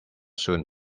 soon